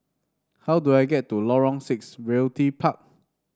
how do I get to Lorong Six Realty Park